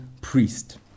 priest